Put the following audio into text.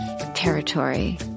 territory